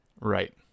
right